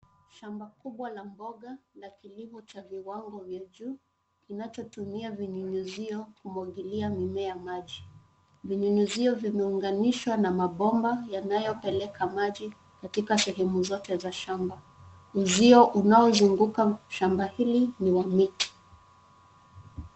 Shamba kubwa la mboga la kilimo cha viwango vya juu kinachotumia vinyu nyuzio kumwagilia mimea maji. Vinyunyizio vimeunganishwa na mabomba yanayo peleka maji katika sehemu zote za shamba uzio unao zunguka shamba hili ni wa miti.